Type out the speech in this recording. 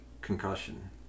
concussion